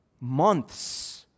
Months